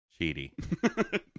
Cheaty